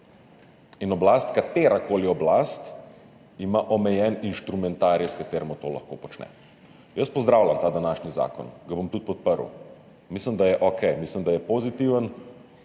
sile. Katerakoli oblast ima omejen instrumentarij, s katerim to lahko počne. Jaz pozdravljam ta današnji zakon, ga bom tudi podprl, mislim, da je okej, da je pozitiven,